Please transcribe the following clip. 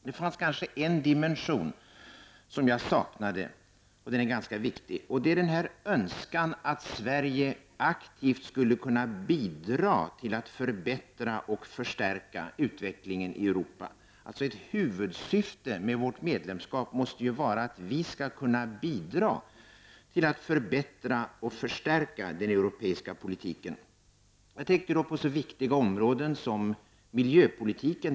Jag saknade dock en dimension, som jag finner ganska viktig, nämligen önskan att Sverige aktivt skall kunna bidra till att förbättra och förstärka utvecklingen i Europa. Ett huvudsyfte med vårt medlemskap måste ju vara att vi skall kunna bidra till att förbättra och förstärka den europeiska politiken. Jag tänker exempelvis på ett så viktigt område som miljöpolitiken.